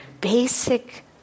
basic